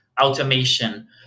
automation